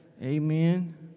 Amen